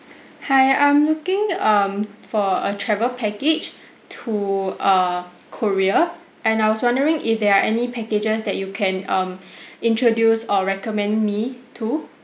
hi I'm looking um for a travel package to err korea and I was wondering if there are any packages that you can um introduce or recommend me to